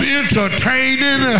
entertaining